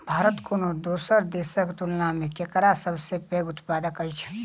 भारत कोनो दोसर देसक तुलना मे केराक सबसे पैघ उत्पादक अछि